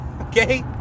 Okay